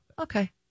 Okay